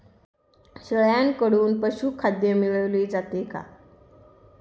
शेळ्यांकडून पशुखाद्य मिळवले जाते का?